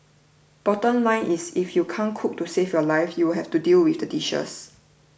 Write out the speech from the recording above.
bottom line is if you can't cook to save your life you'll have to deal with the dishes